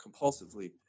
compulsively